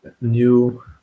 new